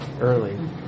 early